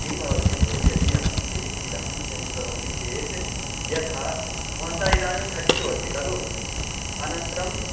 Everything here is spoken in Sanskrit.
किं भवति भोः यदि अहं सीट् इदानीं चेन्ज् करोमि चेत् यथा भवन्तः इदानीं थर्टीटू अस्ति खलु अनन्तरम्